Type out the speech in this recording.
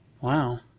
Wow